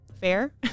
Fair